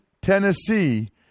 Tennessee